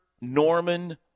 Norman